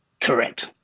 Correct